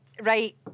Right